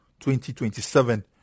2027